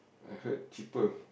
I heard cheaper